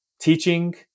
teaching